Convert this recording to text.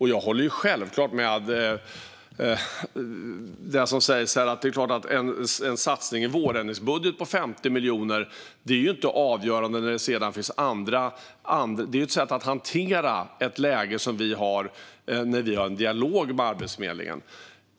Jag håller självklart med den som säger att en satsning i vårändringsbudgeten på 50 miljoner inte är avgörande. Det är ju ett sätt att hantera ett läge när vi har en dialog med Arbetsförmedlingen.